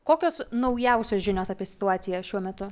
kokios naujausios žinios apie situaciją šiuo metu